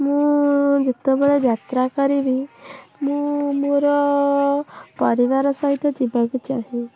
ମୁଁ ଯେତେବେଳେ ଯାତ୍ରା କରିବି ମୁଁ ମୋର ପରିବାର ସହିତ ଯିବାକୁ ଚାହେଁ